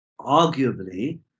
arguably